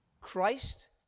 Christ